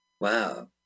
Wow